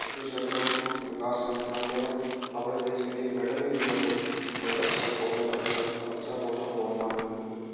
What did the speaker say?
उसी क्षेत्र में विकास करते जाते हैं अपने देश के लिए मेडल भी ले आते हैं अगर अच्छा कौशल अच्छा विका अच्छा कौशल हो हमारे अंदर तो